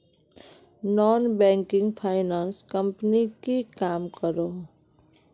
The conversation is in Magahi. नॉन बैंकिंग फाइनांस कंपनी की काम करोहो?